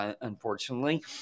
unfortunately